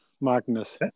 Magnus